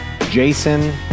Jason